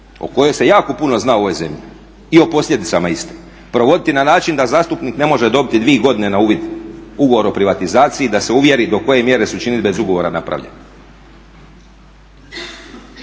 o kojoj se jako puno zna u ovoj zemlji i o posljedicama iste, provoditi na način da zastupnik ne može dobiti dvije godine na uvid ugovor o privatizaciji da se uvjeri do koje mjere su činidbe iz ugovora napravljene.